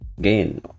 gain